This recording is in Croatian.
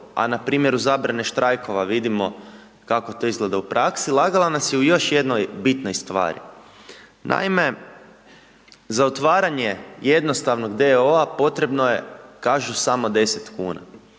a na primjeru zabrane štrajkova vidimo kako to izgleda u praksi, lagala nas je u još jednoj bitnoj stvari. Naime, za otvaranje jednostavnog d.o.o. potrebno je kažu samo 10 kn.